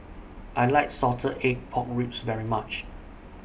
I like Salted Egg Pork Ribs very much